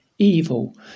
Evil